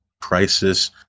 crisis